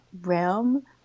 realm